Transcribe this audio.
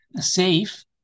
safe